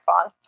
fun